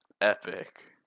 Epic